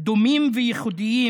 דומים וייחודיים,